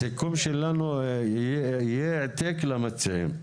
הסיכום שלנו יהיה העתק למציעים.